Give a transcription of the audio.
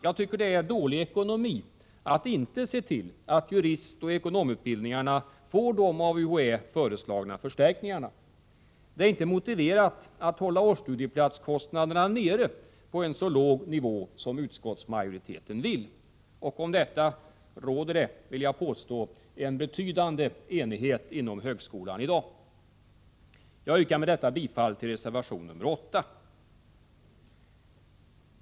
Jag tycker det är dålig ekonomi att inte se till att juristoch ekonomutbildningarna får de av UHÄ föreslagna förstärkningarna. Det är inte motiverat att hålla årsstudieplatskostnaderna nere på en så låg nivå som utskottsmajoriteten vill. Om detta råder det, vill jag påstå, en betydande enighet inom högskolan i dag. Jag yrkar med detta bifall till reservation 8.